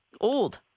old